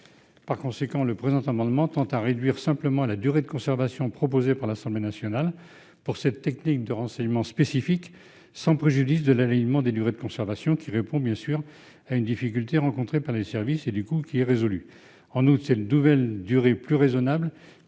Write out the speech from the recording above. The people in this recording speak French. Par conséquent, le présent amendement tend à réduire la durée de conservation proposée par l'Assemblée nationale pour cette technique de renseignement spécifique, sans préjudice de l'alignement des durées de conservation qui répond à une difficulté rencontrée par les services. En outre, cette nouvelle durée, plus raisonnable,